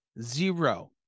zero